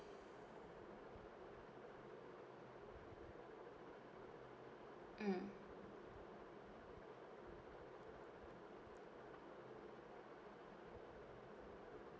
mm